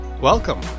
Welcome